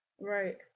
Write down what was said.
right